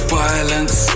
violence